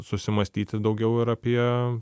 susimąstyti daugiau ir apie